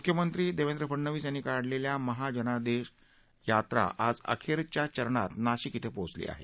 मुख्यमंत्री देवेंद्र फडणवीस यांनी काढलेल्या महाजनादेश यात्रा आज अखेरच्या चरणात नाशिक येथे पोहोचली आहे